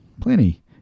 Plenty